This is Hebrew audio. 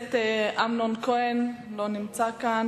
הכנסת אמנון כהן, לא נמצא כאן.